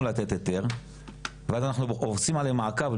לתת בעניינם היתר ואז אנחנו עושים עליהם מעקב,